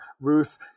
Ruth